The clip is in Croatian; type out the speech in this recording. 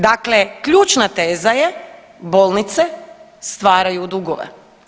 Dakle, ključna teza je bolnice stvaraju dugove.